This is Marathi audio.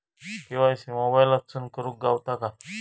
के.वाय.सी मोबाईलातसून करुक गावता काय?